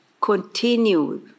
continue